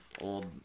old